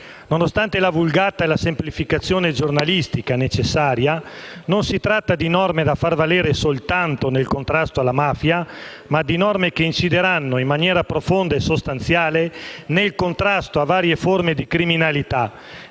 Nonostante la vulgata e la necessaria semplificazione giornalistica, non si tratta di norme da far valere soltanto nel contrasto alla mafia, ma di norme che incideranno in maniera profonda e sostanziale nel contrasto a varie forme di criminalità